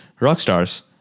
Rockstars